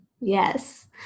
Yes